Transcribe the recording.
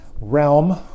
realm